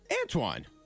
antoine